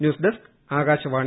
news desk Akashvani